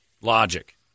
logic